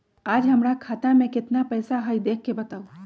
आज हमरा खाता में केतना पैसा हई देख के बताउ?